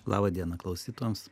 labą dieną klausytojams